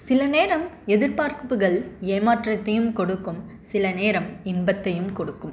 சில நேரம் எதிர்பார்ப்புகள் ஏமாற்றத்தையும் கொடுக்கும் சில நேரம் இன்பத்தையும் கொடுக்கும்